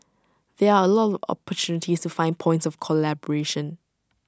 there are A lot opportunities to find points of collaboration